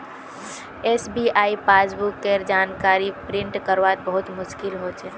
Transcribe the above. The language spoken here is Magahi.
एस.बी.आई पासबुक केर जानकारी क प्रिंट करवात बहुत मुस्कील हो छे